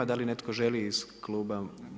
Da li netko želi iz kluba?